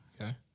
Okay